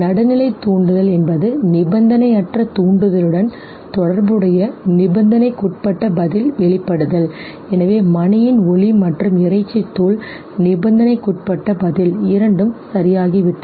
நடுநிலை தூண்டுதல் என்பது நிபந்தனையற்ற தூண்டுதலுடன் unconditioned stimulus தொடர்புடைய நிபந்தனைக்குட்பட்ட பதில் வெளிப்படுதல் எனவே மணியின் ஒலி மற்றும் இறைச்சி தூள் நிபந்தனைக்குட்பட்ட பதில் இரண்டும் சரியாகிவிட்டன